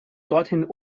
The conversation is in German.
dorthin